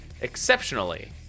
exceptionally